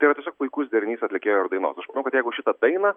tai yra puikus derinys atlikėjo dainos aš manau kad jeigu šitą dainą